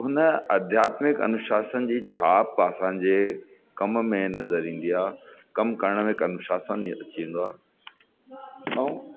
हुन अध्यात्मिक अनुशासन जी छाप असांजे कम में नज़र ईंदी आहे कमु करण में हिकु अनुशासन अची वेंदो आहे ऐं